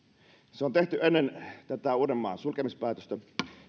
se on tehty ennen tätä uudenmaan sulkemispäätöstä